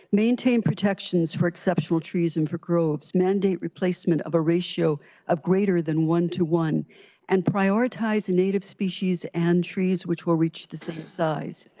maintain protections for exceptional trees and for groves, mandate replacement of a ratio of greater than one to one and prioritize and native species and trees which will reach the same size.